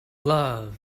love